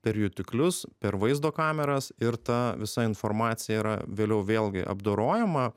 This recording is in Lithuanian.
per jutiklius per vaizdo kameras ir ta visa informacija yra vėliau vėlgi apdorojama